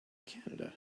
canada